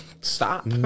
Stop